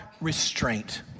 restraint